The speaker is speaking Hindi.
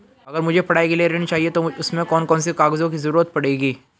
अगर मुझे पढ़ाई के लिए ऋण चाहिए तो उसमें कौन कौन से कागजों की जरूरत पड़ेगी?